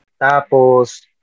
Tapos